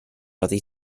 oddi